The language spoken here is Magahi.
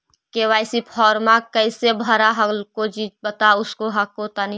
के.वाई.सी फॉर्मा कैसे भरा हको जी बता उसको हको तानी?